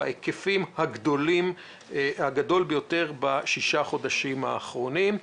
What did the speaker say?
בהיקף הגדול ביותר בששת החודשים האחרונים.